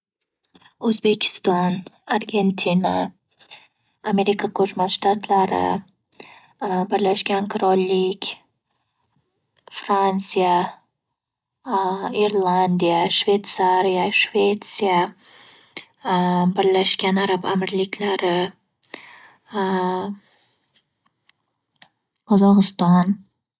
O'zbekiston, Argentina, Amerika Qo'shma Shtatlari, Birlashgan Qirollik, Fransiya, Irlandiya, Shvetsariya, Shvetsiya Birlashgan Arab Amirliklari, Qozog'iston.